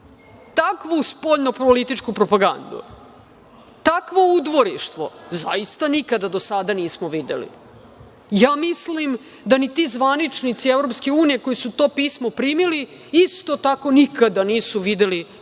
Takvu spoljno političku propagandu, takvo udvorištvo, zaista nikada do sada nismo videli. Mislim da ni ti zvaničnici EU koji su to pismo primili isto tako nikada nisu videli takvo